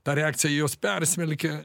ta reakcija jos persmelkia